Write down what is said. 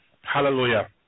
Hallelujah